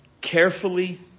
carefully